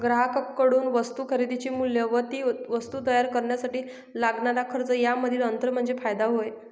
ग्राहकांकडून वस्तू खरेदीचे मूल्य व ती वस्तू तयार करण्यासाठी लागणारा खर्च यामधील अंतर म्हणजे फायदा होय